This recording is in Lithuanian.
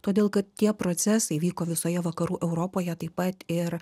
todėl kad tie procesai vyko visoje vakarų europoje taip pat ir